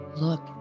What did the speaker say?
Look